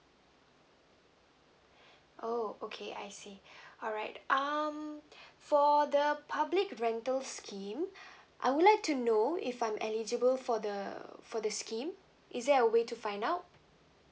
oh okay I see alright um for the public rental scheme I would like to know if I'm eligible for the for the scheme is there a way to find out